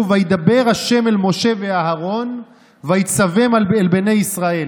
"וידבר ה' אל משה ואל אהרן ויצום אל בני ישראל"